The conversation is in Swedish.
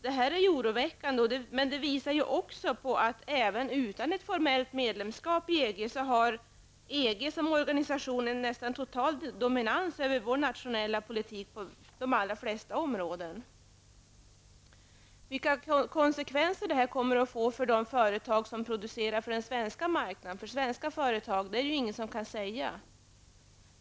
Detta är oroväckande och visar också att EG som organisation, trots att vi inte är medlem, har en nästan total dominans över vår nationella politik på de flesta områden. Vilka konsekvenser detta får för de svenska företag som i dag producerar för den svenska marknaden kan ingen säga.